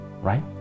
right